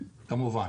כמובן.